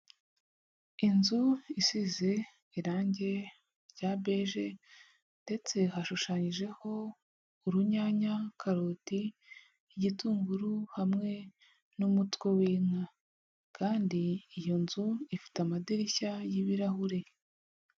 Inzu isize irangi rya beje ndetse hashushanyijeho urunyanya, karoti, igitunguru hamwe n'umutwe w'inka kandi iyo nzu ifite amadirishya y'ibirahure.